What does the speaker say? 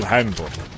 Handbook